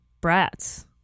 Brats